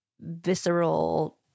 visceral